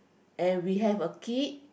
and we have a kid